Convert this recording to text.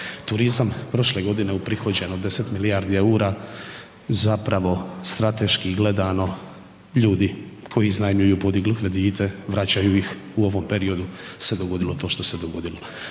Turizam prošle godine uprihođeno 10 milijardi EUR-a zapravo strateški gledano ljudi koji iznajmljuju podignu kredite, vraćaju ih u ovom periodu se dogodilo to što se dogodilo.